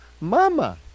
mama